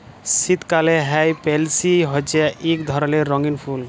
শীতকালে হ্যয় পেলসি হছে ইক ধরলের রঙ্গিল ফুল